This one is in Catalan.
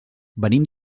venim